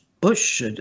Bush